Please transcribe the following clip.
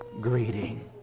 greeting